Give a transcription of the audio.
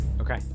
Okay